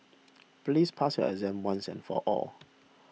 please pass your exam once and for all